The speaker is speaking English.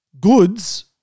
goods